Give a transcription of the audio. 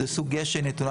זו סוגיה שנתונה